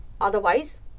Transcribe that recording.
otherwise